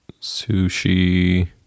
sushi